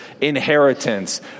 inheritance